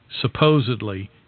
supposedly